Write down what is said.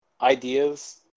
ideas